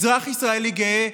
אזרח ישראלי גאה,